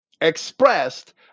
expressed